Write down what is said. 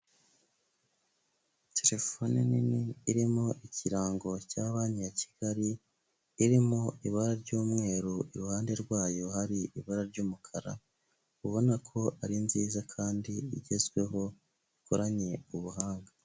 Telefone nini irimo ikirango cya Banki ya Kigali, irimo ibara ry'umweru iruhande rwayo hari ibara ry'umukara, ubona ko ari nziza kandi igezweho, ikoranye ubuhanga.